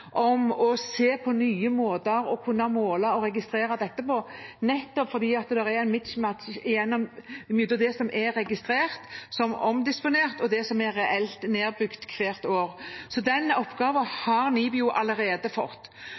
om å se på nye måter å kunne måle og registrere dette på, nettopp fordi det er en mismatch mellom det som er registrert, det som er omdisponert, og det som reelt er nedbygd hvert år. Den oppgaven har NIBIO allerede fått.